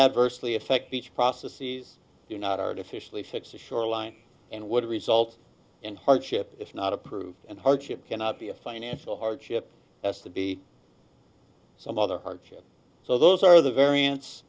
adversely affect each process sees you not artificially fix a shoreline and would result in hardship if not approved and hardship cannot be a financial hardship has to be some other hardship so those are the varian